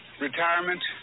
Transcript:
retirement